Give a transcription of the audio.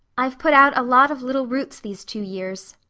i've put out a lot of little roots these two years,